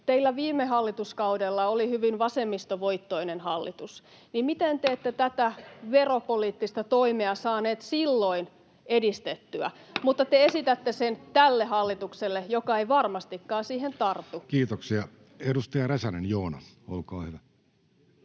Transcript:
teillä viime hallituskaudella oli hyvin vasemmistovoittoinen hallitus, niin miten te ette tätä veropoliittista toimea saaneet silloin edistettyä vaan te esitätte sen tälle hallitukselle, joka ei varmastikaan siihen tartu. Kiitoksia. — Edustaja Räsänen, Joona, olkaa hyvä.